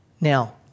Now